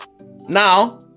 Now